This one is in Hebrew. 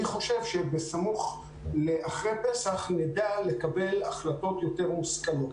אני חושב שבסמוך אחרי פסח נדע לקבל החלטות יותר מושכלות.